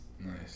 Nice